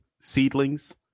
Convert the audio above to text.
seedlings